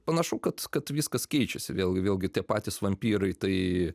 panašu kad kad viskas keičiasi vėlgi vėlgi tie patys vampyrai tai